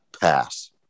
pass